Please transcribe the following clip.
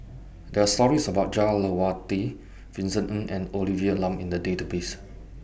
There Are stories about Jah Lelawati Vincent Ng and Olivia Lum in The Database